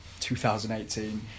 2018